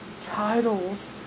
titles